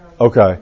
Okay